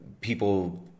people